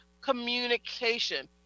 communication